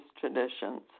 traditions